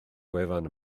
wefan